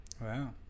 Wow